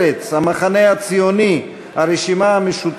חברי הכנסת זהבה גלאון, אילן גילאון, עיסאווי